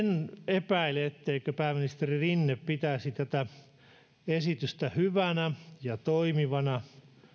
epäile etteikö pääministeri rinne pitäisi tätä esitystä hyvänä ja toimivana